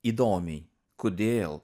įdomiai kodėl